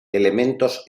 elementos